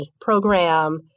program